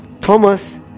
Thomas